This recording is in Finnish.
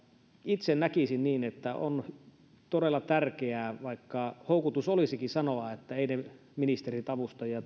itse näkisin että on todella tärkeää vaikka houkutus olisikin sanoa että eivät ne ministerit avustajia